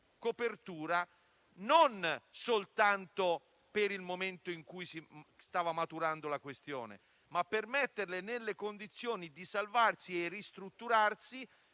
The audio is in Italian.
copertura non soltanto nel momento in cui stava maturando la questione, ma per metterle in condizioni di salvarsi e ristrutturarsi